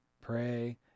pray